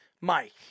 Mike